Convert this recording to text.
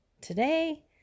today